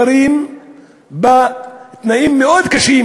שגרים בתנאים מאוד קשים,